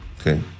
Okay